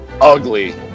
ugly